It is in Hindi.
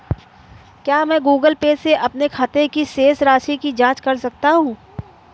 क्या मैं गूगल पे से अपने खाते की शेष राशि की जाँच कर सकता हूँ?